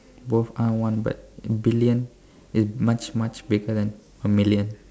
both are one but in billion is much much bigger than a million